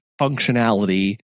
functionality